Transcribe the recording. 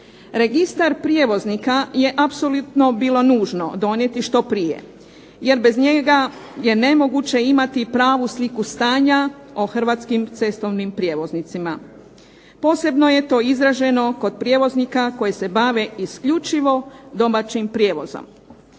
Registar prijevoznika je apsolutno bilo nužno donijeti što prije, jer bez njega je nemoguće imati pravu sliku stanja o hrvatskim cestovnim prijevoznicima. Posebno je to izraženo kod prijevoznika koji se bave isključivo domaćim prijevozom.